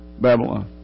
Babylon